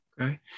okay